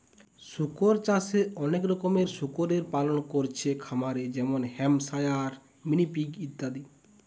শুকর চাষে অনেক রকমের শুকরের পালন কোরছে খামারে যেমন হ্যাম্পশায়ার, মিনি পিগ ইত্যাদি